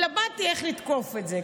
התלבטתי איך לתקוף את זה,